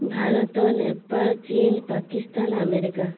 Bharat Nepal China Pakistan America